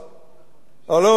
הלוא הוא אבו מאזן,